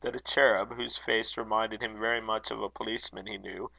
that a cherub, whose face reminded him very much of a policeman he knew,